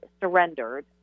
surrendered